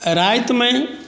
रातिमे